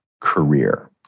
career